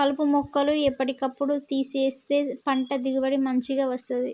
కలుపు మొక్కలు ఎప్పటి కప్పుడు తీసేస్తేనే పంట దిగుబడి మంచిగ వస్తది